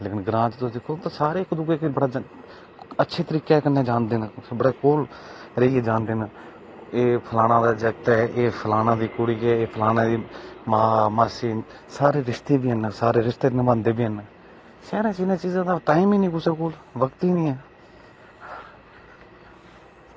लेकिन ग्रांऽ च तुस दिक्खो तां सारे इक दूऐ गी बड़े अच्छे तरीके कन्नै जानदे न सगुआं बड़े कोल रेहियै जानदे न एह् फलाना दा जागत् ऐ एह् फलानै दी कुड़ी ऐ एह् फलानै दी मां मासी सारे रिशते न सारे रिश्ते नभांदे बी हैन शैह्रें च इन्ना टैम निं कुसै कोल वक्त ई निं ऐ